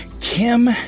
Kim